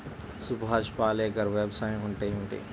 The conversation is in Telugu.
సుభాష్ పాలేకర్ వ్యవసాయం అంటే ఏమిటీ?